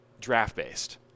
Draft-based